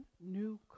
new